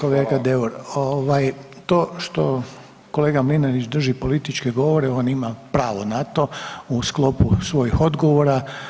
Ovaj, to što kolega Mlinarić drži političke govore, on ima pravo na to u sklopu svojih odgovora.